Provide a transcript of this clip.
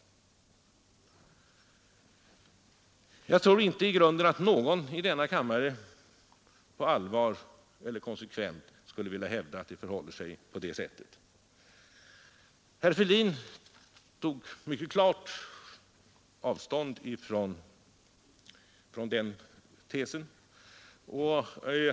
Jag tror inte att någon i denna kammare på allvar eller konsekvent skulle vilja hävda att det förhåller sig på det sättet. Herr Fälldin tog mycket klart avstånd från den tesen.